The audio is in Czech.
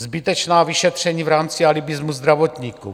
Zbytečná vyšetření v rámci alibismu zdravotníků.